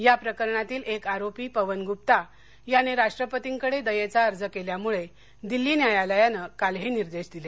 या प्रकरणातील एक आरोपी पवन गुप्ता याने राष्ट्रपर्तीकडे दयेचा अर्ज केल्यामुळे दिल्ली न्यायालयाने काल हे निर्देश दिले